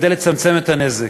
כדי לצמצם את הנזק.